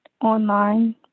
online